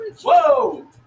Whoa